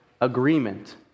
agreement